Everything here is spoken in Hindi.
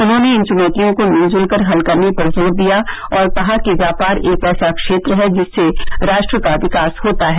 उन्होंने इन चुनौतियों को मिलजुल कर हल करने पर जोर दिया और कहा कि व्यापार एक ऐसा क्षेत्र है जिससे राष्ट्र का विकास होता है